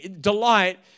delight